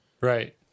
Right